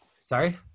Sorry